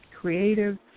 creative